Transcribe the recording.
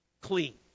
clean